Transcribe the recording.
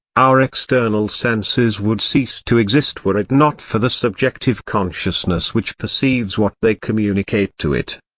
our external senses would cease to exist were it not for the subjective consciousness which perceives what they communicate to it.